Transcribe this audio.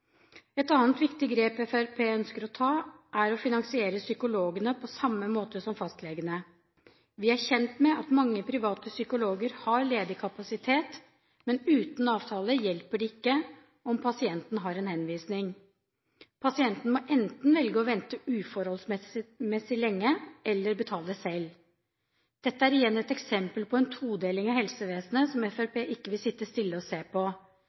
Et annet viktig grep Fremskrittspartiet ønsker å ta, er å finansiere psykologene på samme måte som fastlegene. Vi er kjent med at mange private psykologer har ledig kapasitet, men uten avtale hjelper det ikke om pasienten har en henvisning. Pasienten må enten velge å vente uforholdsmessig lenge, eller betale selv. Dette er igjen et eksempel på en todeling av helsevesenet som Fremskrittspartiet ikke vil sitte stille og se på.